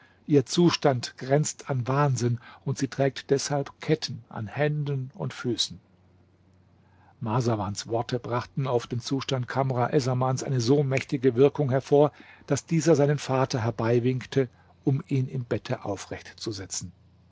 ihr zustand grenzt an wahnsinn und sie trägt deshalb ketten an händen und füßen marsawans worte brachten auf den zustand kamr essamans eine so mächtige wirkung hervor daß dieser seinen vater herbeiwinkte um ihn im bette aufrecht zu setzen